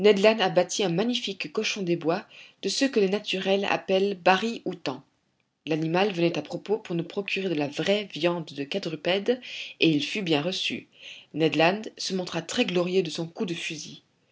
abattit un magnifique cochon des bois de ceux que les naturels appellent bari outang l'animal venait à propos pour nous procurer de la vraie viande de quadrupède et il fut bien reçu ned land se montra très glorieux de son coup de fusil